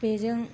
बेजों